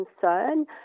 concern